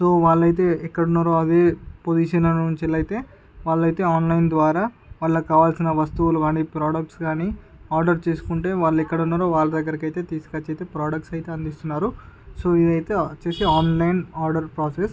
so వాళ్లయితే ఎక్కడున్నారో పొజిషన్లో నుంచి అయితే వాళ్లయితే ఆన్లైన్ ద్వారా వాళ్లకు కావాల్సిన వస్తువులు కాని ప్రాడక్ట్స్ గాని ఆర్డర్ చేసుకుంటే వాళ్ళు ఎక్కడ ఉన్నారు వాళ్ళ దగ్గరికి అయితే తీసుకొచ్చి అయితే ప్రాడక్ట్స్ అందిస్తున్నారు సో ఇదైతే ఇది వచ్చేసి ఆన్లైన్ ఆర్డర్ ప్రాసెస్